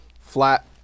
flat